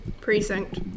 Precinct